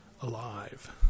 alive